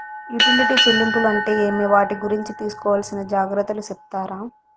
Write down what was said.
Utility చెల్లింపులు అంటే ఏమి? వాటి గురించి తీసుకోవాల్సిన జాగ్రత్తలు సెప్తారా?